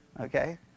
Okay